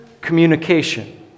communication